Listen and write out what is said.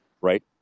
right